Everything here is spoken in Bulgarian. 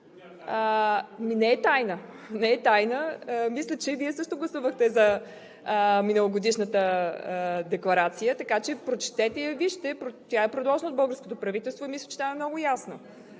ЗАХАРИЕВА: Не е тайна. Мисля, че Вие също гласувахте за миналогодишната декларация, така че прочетете и я вижте. Тя е предложена от българското правителство и мисля, че там много ясно